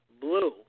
blue